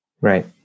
right